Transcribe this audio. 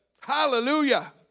Hallelujah